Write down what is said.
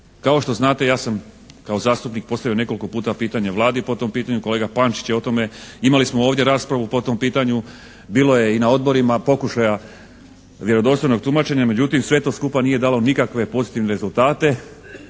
Kao što znate, ja sam kao zastupnik postavio nekoliko puta pitanje Vladi po tom pitanju, kolega Pančić je o tome, imali smo ovdje raspravu po tom pitanju, bilo je i na odborima pokušaja vjerodostojnog tumačenja, međutim sve to skupa nije dalo nikakve pozitivne rezultate